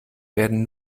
werden